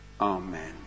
Amen